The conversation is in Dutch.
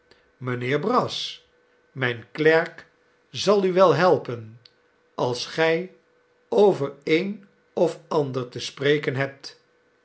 mijnheer brass i m'yn klerk zal u wel helpen als gij over een of ander te spreken hebt